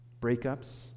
Breakups